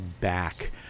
back